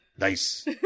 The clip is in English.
Nice